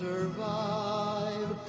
survive